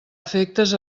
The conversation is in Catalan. efectes